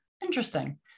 Interesting